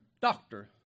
Doctor